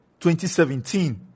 2017